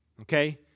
okay